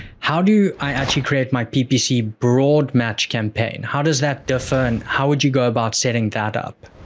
how do i actually create my ppc broad match campaign? how does that differ, and how would you go about setting that up?